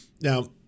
now